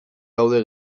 gaude